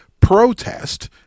Protest